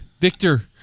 Victor